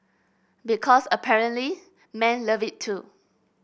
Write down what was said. because apparently men love it too